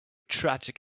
tragic